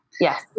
Yes